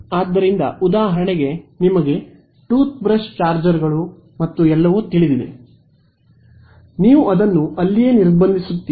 ಆದ್ದರಿಂದ ಉದಾಹರಣೆಗೆ ನಿಮಗೆ ಟೂತ್ ಬ್ರಷ್ ಚಾರ್ಜರ್ಗಳು ಮತ್ತು ಎಲ್ಲವೂ ತಿಳಿದಿವೆ ನೀವು ಅದನ್ನು ಅಲ್ಲಿಯೇ ನಿರ್ಬಂಧಿಸುತ್ತೀರಿ